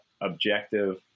objective